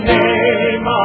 name